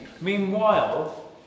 meanwhile